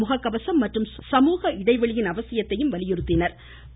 முக கவசம் மற்றும் சமூக இடைவெளியின் அவசியத்தை வலியுறுத்தினர்